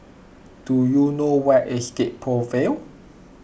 do you know where is Gek Poh Ville